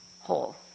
whole